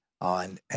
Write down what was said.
on